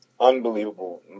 Unbelievable